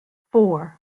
four